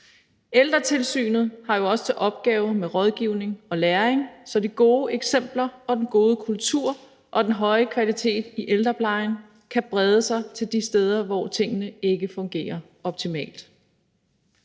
Ældretilsynet har også til opgave at give rådgivning og læring, så de gode eksempler, den gode kultur og den høje kvalitet i ældreplejen kan brede sig til de steder, hvor tingene ikke fungerer optimalt.